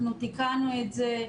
אנחנו תיקנו את זה.